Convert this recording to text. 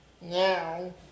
Now